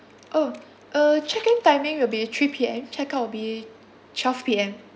oh uh check in timing will be three P_M check out will be twelve P_M